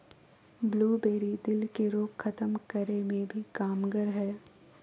blueberry, दिल के रोग खत्म करे मे भी कामगार हय